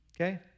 okay